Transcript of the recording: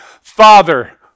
Father